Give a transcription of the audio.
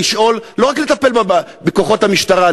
לא רק לטפל בה בכוחות המשטרה,